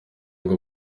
ngo